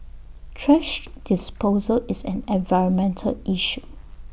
thrash disposal is an environmental issue